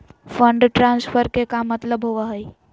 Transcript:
Fund transfer के का मतलब होव हई?